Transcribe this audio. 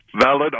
valid